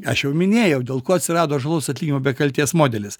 aš jau minėjau dėl ko atsirado žalos atlyginimo be kaltės modelis